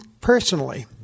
personally